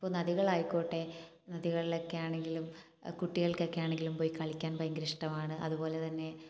അപ്പോൾ നദികൾ ആയിക്കോട്ടെ നദികളിലൊക്കെ ആണെങ്കിലും കുട്ടികൾക്കൊക്കെ ആണെങ്കിലും പോയി കളിക്കാൻ ഭയങ്കര ഇഷ്ടമാണ് അതുപോലെ തന്നെ